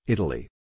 Italy